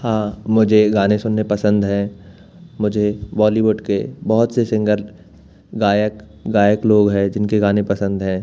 हाँ मुझे गाने सुनने पसंद हैं मुझे बॉलीवुड के बहुत से सिंगर गायक गायक लोग है जिनके गाने पसंद हैं